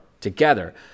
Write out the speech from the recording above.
together